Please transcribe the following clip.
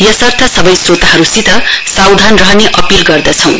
यसर्थ सबै श्रोतहरुलाई सावधान रहने अपील गर्दछौं